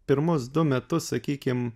pirmus du metus sakykim